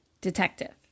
Detective